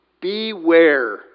Beware